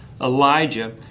Elijah